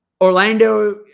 Orlando